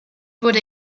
wurde